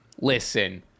Listen